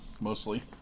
mostly